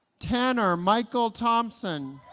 tanner michael thompson